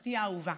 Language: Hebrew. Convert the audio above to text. משפחתי האהובה.